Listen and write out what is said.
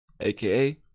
aka